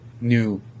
new